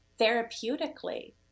Therapeutically